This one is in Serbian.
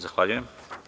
Zahvaljujem.